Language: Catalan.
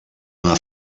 una